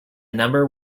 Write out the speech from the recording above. number